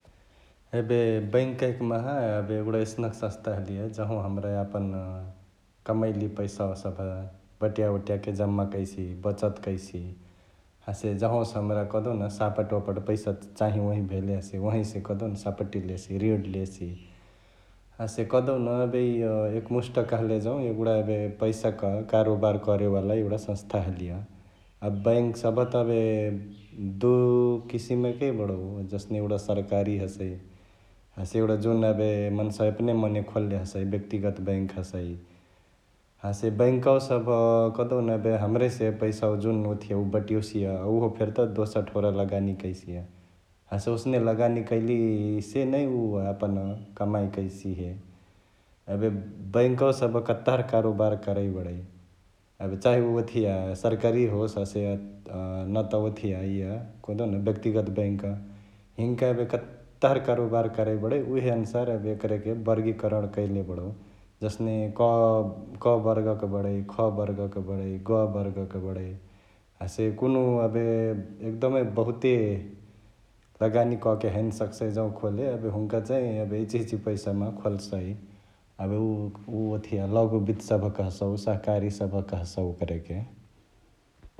एबे बैंक कहिक माहा एबे एगुडा एसनक संस्था हलिय जहाँवा हमरा यापन कमाईली पैसावा सभ बटियाओटियाके जम्मा करसि, बचत कैसी हसे जहाँवा से हमरा कहदेउन सापटओपट पैसा चैंहिओंही भेले हसे ओहई से कहदेउन सापटी लेसी रिण लेसी । हसे कहदेउ न एबे इअ एकमुस्ट कहले जौं एगुडा एबे पैसाक कारोबार करेवाला एगुडा संस्था हलिअ । एबे बैंक सभ त एबे दुइ किसिमक बडउ जसने एगुडा सरकारी हसै एगुडा जुन एबे मन्सावा एपने मने खोलले हसै व्यक्तिगत बैंक हसै । हसे बैंकावा सभ कहदिउन एबे हमरेहिंसे पैसावा जुन ओथिया बट्योसिय, उहो फेरी त दोसर ठौरा लगानी करसिअ । हसने ओसने लगानी कैलिसे नै उअ यापन कमाइ कैसिहे । एबे बैंकवा सभ कतहार करोबार करै बडै एबे चांहे उ ओथिया सरकारी होस हसे न त ओथिया इअ कहदेउन व्यक्तिगत बैंक हिन्का एबे कतहार करोबार करै बडै उहे अनुसार एबे एकरेके बर्गिकारण कैले बडउ । जसने क बर्गक बडै, ख बर्गक बडै ,ग बर्गक बडै हसे कुन्हु एबे एकदमै बहुते लगानी कके हैने सकसई जौ ं खोले एबे हुन्का चैं इचिहिच पैसामा खोलसई एबे उअ ओथिया लघुबित्त सभ कहसउ, सहकारी सभ कहसउ ओकरके ।